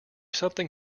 something